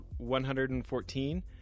114